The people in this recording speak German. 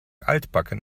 altbacken